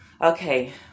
Okay